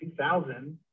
2000